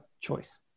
choice